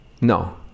No